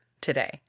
today